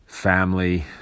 family